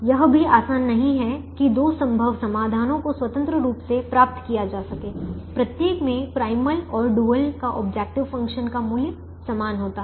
यह भी आसान नहीं है कि दो संभव समाधानों को स्वतंत्र रूप से प्राप्त किया जा सके प्रत्येक में प्राइमल और डुअल का ऑब्जेक्टिव फ़ंक्शन का मूल्य समान होता है